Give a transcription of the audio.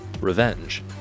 revenge